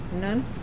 None